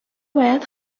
باید